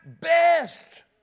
best